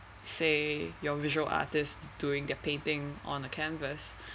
say your visual artist doing their painting on a canvas